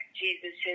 jesus